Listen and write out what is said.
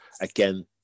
again